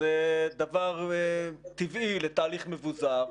שזה דבר טבעי לתהליך מבוזר,